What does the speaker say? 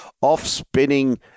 Off-spinning